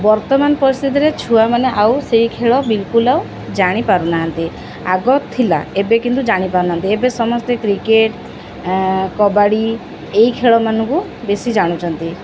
ବର୍ତ୍ତମାନ ପରିସ୍ଥିତିରେ ଛୁଆମାନେ ଆଉ ସେଇ ଖେଳ ବିଲକୁଲ୍ ଆଉ ଜାଣିପାରୁନାହାନ୍ତି ଆଗ ଥିଲା ଏବେ କିନ୍ତୁ ଜାଣିପାରୁନାହାନ୍ତି ଏବେ ସମସ୍ତେ କ୍ରିକେଟ୍ କବାଡ଼ି ଏଇ ଖେଳମାନଙ୍କୁ ବେଶୀ ଜାଣୁଛନ୍ତି